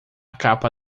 capa